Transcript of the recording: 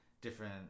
different